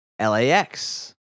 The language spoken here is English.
LAX